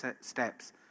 steps